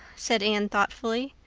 said anne thoughtfully.